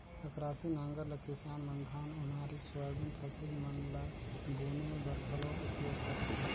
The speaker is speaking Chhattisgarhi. अकरासी नांगर ल किसान मन धान, ओन्हारी, सोयाबीन फसिल मन ल बुने बर घलो उपियोग करथे